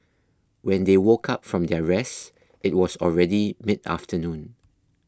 when they woke up from their rest it was already mid afternoon